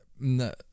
no